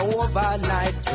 overnight